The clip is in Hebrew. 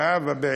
זהבה,